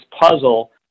puzzle